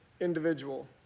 individual